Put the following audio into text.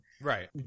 Right